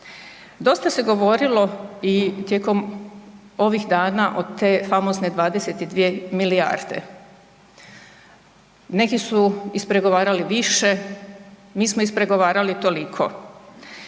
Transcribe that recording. Dosta se govorilo i tijekom ovih dana o te famozne 22 milijarde. Neki su ispregovarali više, mi smo ispregovarali toliko.